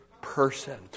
person